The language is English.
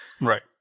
Right